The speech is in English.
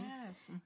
Yes